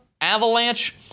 Avalanche